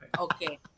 Okay